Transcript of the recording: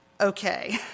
okay